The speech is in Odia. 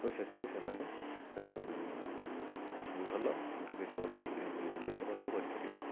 ଓ ସେଥିରୁ ସେମାନେ ଭଲ ଦୁଇ ପଇସା ମଧ୍ୟ ରୋଜଗାର ମଧ୍ୟ କରିପାରିବେ